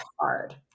hard